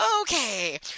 Okay